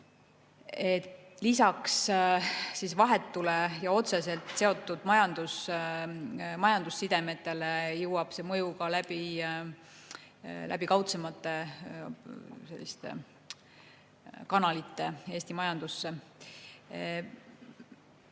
lisaks vahetutele ja otseselt seotud majandussidemetele jõuab see mõju ka läbi kaudsemate kanalite Eesti majandusse. Veel